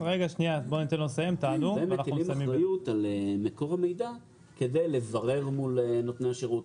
על מקור המידע כדי לברר מול נותני השירות.